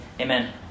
Amen